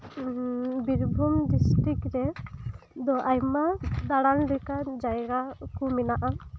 Birbhum district ᱨᱮ ᱫᱚ ᱟᱭᱢᱟ ᱫᱟᱲᱟᱱ ᱞᱮᱠᱟᱱ ᱡᱟᱭᱜᱟ ᱠᱚ ᱢᱮᱱᱟᱜᱼᱟ